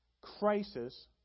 crisis